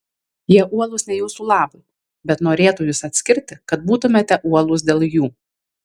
jie uolūs ne jūsų labui bet norėtų jus atskirti kad būtumėte uolūs dėl jų